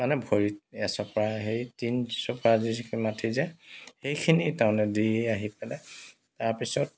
মানে ভৰিত এচপৰা সেই তিনিচপৰা যি মাটি যে সেইখিনি তাৰমানে দি আহি পেলাই তাৰপিছত